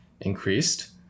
increased